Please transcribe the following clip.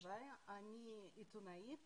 אני עיתונאית